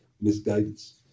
misguidance